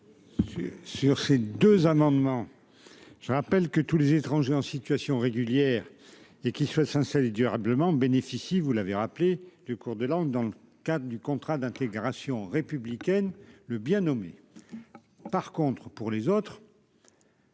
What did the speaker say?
Sur ces deux amendements, je rappelle que tous les étrangers en situation régulière et qui souhaitent s'installer durablement bénéficie, vous l'avez rappelé du cours de langue dans le cadre du contrat d'intégration républicaine, le bien nommé, par contre pour les autres,